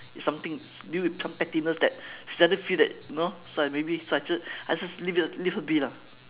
is something due to some pettiness that she doesn't feel that you know so I maybe so I just I just leave her leave her be lah